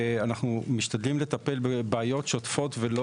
אנחנו משתדלים לטפל בבעיות שוטפות ולא